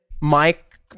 Mike